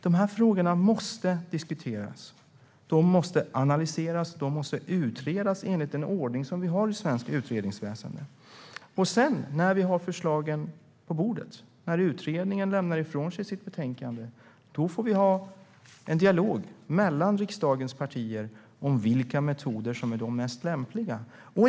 Dessa frågor måste diskuteras. De måste analyseras och utredas enligt den ordning vi har i svenskt utredningsväsen. När utredningen sedan lämnar ifrån sig sitt betänkande och vi har förslagen på bordet får vi ha en dialog mellan riksdagens partier om vilka metoder som är de mest lämpliga.